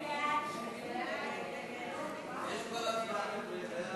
ההצעה להעביר את הצעת חוק ביטוח